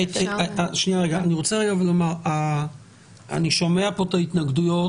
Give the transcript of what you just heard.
אני שומע פה את ההתנגדויות,